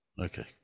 Okay